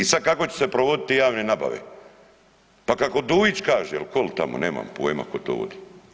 I sad kako će se provoditi javne nabave, pa kako Dujić kaže il tko li tamo nemam poima tko to vodi.